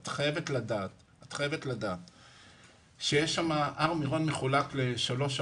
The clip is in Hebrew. את חייבת לדעת שהר מירון מחולק לשלוש,